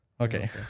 Okay